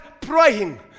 praying